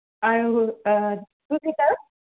আৰু টু চিটাৰত